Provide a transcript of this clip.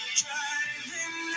driving